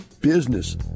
business